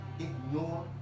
ignore